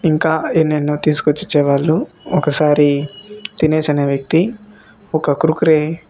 ఇంకా ఎన్నెన్నో తీసుకొచ్చి ఇచ్చేవాళ్ళు ఒకసారి దినేష్ అనే వ్యక్తి ఒక కురుకురే